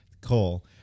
Cole